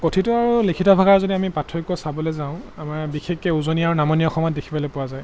কথিত আৰু লিখিত ভাষাৰ যদি আমি পাৰ্থক্য চাবলৈ যাওঁ আমাৰ বিশেষকৈ উজনি আৰু নামনি অসমত দেখিবলৈ পোৱা যায়